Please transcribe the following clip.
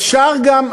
אפשר גם,